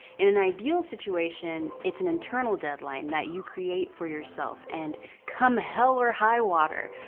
in an ideal situation. it's an internal deadline that you create for yourself, and come hell or high water,